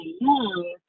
young